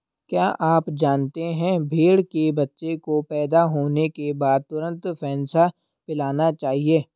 क्या आप जानते है भेड़ के बच्चे को पैदा होने के बाद तुरंत फेनसा पिलाना चाहिए?